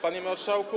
Panie Marszałku!